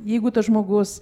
jeigu tas žmogus